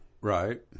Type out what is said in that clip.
Right